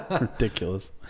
Ridiculous